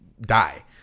die